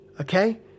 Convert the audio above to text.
okay